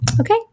okay